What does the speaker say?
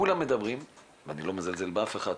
כולם מדברים, ואני לא מזלזל באף אחד.